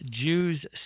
Jews